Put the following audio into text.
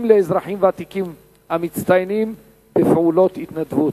לאזרחים ותיקים המצטיינים בפעולות התנדבות.